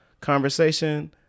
conversation